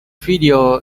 video